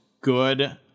good